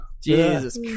Jesus